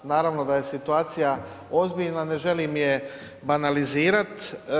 Naravno da je situacija ozbiljna, ne želim je banalizirat.